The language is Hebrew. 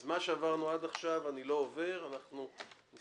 אז אני לא עובר על מה שעברנו עד עכשיו.